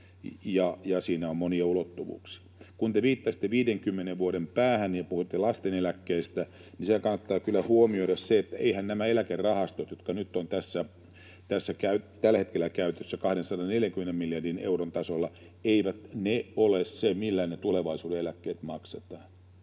siinä on monia ulottuvuuksia. Kun te viittasitte 50 vuoden päähän ja puhuitte lasten eläkkeistä, niin kannattaa kyllä huomioida, että eiväthän nämä eläkerahastot, jotka ovat tällä hetkellä käytössä 240 miljardin euron tasolla, ole se, millä ne tulevaisuuden eläkkeet maksetaan.